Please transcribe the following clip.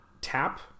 tap